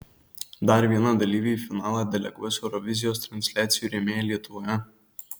dar vieną dalyvį į finalą deleguos eurovizijos transliacijų rėmėjai lietuvoje